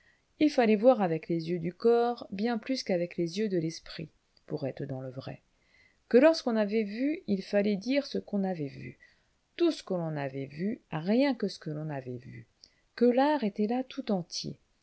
il fallait voir avec les yeux du corps bien plus qu'avec les yeux de l'esprit pour être dans le vrai que lorsqu'on avait vu il fallait dire ce qu'on avait vu tout ce que l'on avait vu rien que ce qu'on avait vu que l'art était là tout entier